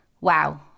Wow